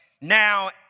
now